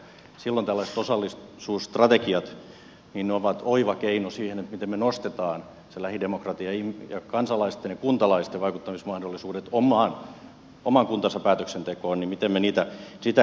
silloin tällaiset osallisuusstrategiat ovat oiva keino siihen miten me nostamme sen lähidemokratian ja kansalaisten ja kuntalaisten vaikuttamismahdollisuudet oman kuntansa päätöksentekoon miten me sitä kehitämme